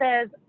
says